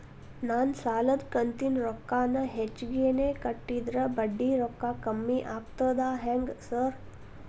ನಾನ್ ಸಾಲದ ಕಂತಿನ ರೊಕ್ಕಾನ ಹೆಚ್ಚಿಗೆನೇ ಕಟ್ಟಿದ್ರ ಬಡ್ಡಿ ರೊಕ್ಕಾ ಕಮ್ಮಿ ಆಗ್ತದಾ ಹೆಂಗ್ ಸಾರ್?